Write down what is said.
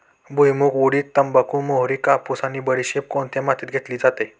भुईमूग, उडीद, तंबाखू, मोहरी, कापूस आणि बडीशेप कोणत्या मातीत घेतली जाते?